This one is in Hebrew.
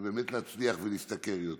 ובאמת להצליח ולהשתכר יותר,